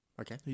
Okay